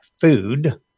food